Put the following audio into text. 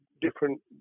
different